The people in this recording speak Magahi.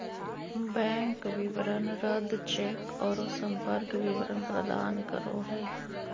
बैंक विवरण रद्द चेक औरो संपर्क विवरण प्रदान करो हइ